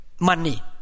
money